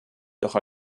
doch